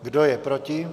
Kdo je proti?